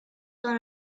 dans